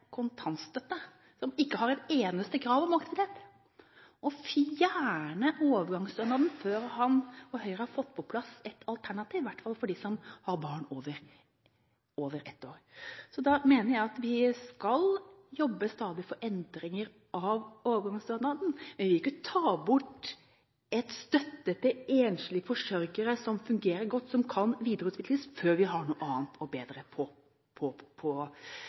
kontantstøtte, som ikke har et eneste krav om aktivitet, og fjerne overgangsstønaden før han og Høyre har fått på plass et alternativ – i hvert fall for dem som har barn over et år. Så da mener jeg at vi skal jobbe stadig for endringer av overgangsstønaden, men vi vil jo ikke ta bort en støtte til enslige forsørgere som fungerer godt, og som kan videreutvikles, før vi har noe annet og bedre på